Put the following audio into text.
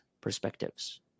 perspectives